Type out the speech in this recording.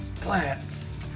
plants